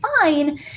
fine